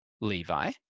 Levi